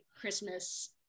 christmas